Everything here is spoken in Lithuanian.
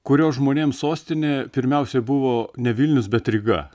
kurio žmonėms sostinė pirmiausia buvo ne vilnius bet ryga